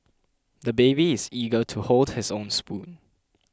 the baby is eager to hold his own spoon